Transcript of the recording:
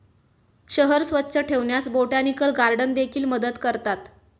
शहर स्वच्छ ठेवण्यास बोटॅनिकल गार्डन देखील मदत करतात